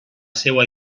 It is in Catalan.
seua